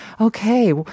okay